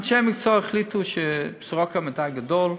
אנשי המקצוע החליטו ש"סורוקה" גדול מדי,